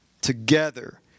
together